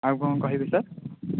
ଆଉ କ'ଣ କହିବେ ସାର୍